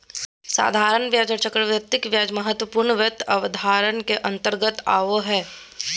साधारण ब्याज आर चक्रवृद्धि ब्याज महत्वपूर्ण वित्त अवधारणा के अंतर्गत आबो हय